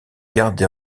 gardée